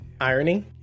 Irony